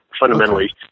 fundamentally